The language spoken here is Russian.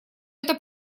эта